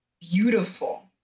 beautiful